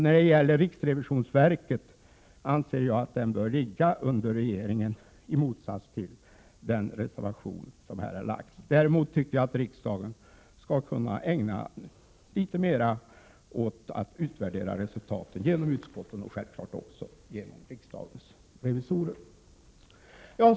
När det gäller riksrevisionsverket anser jag, i motsats till vad som förs fram i den reservation som har fogats till betänkandet på den här punkten, att det bör ligga under regeringen. Däremot tycker jag att riksdagen — genom utskotten och naturligtvis genom riksdagens revisorer — skall kunna ägna litet mer tid åt att utvärdera resultaten av riksdagens beslut.